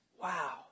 Wow